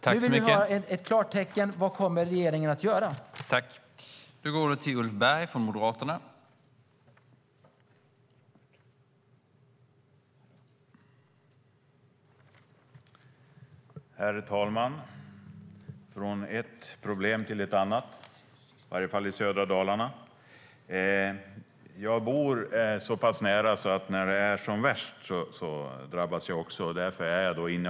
Nu vill vi ha ett klart svar: Vad kommer regeringen att göra?